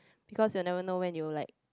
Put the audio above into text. because you will never know when you will like